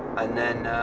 and then,